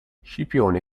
scipione